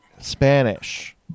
Spanish